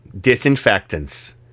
disinfectants